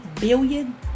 billion